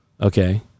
okay